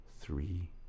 three